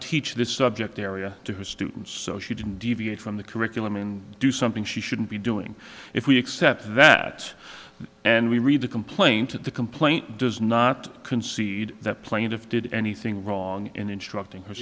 teach this subject area to his students so she didn't deviate from the curriculum and do something she shouldn't be doing if we accept that and we read the complaint at the complaint does not concede that plaintiff did anything wrong in instructing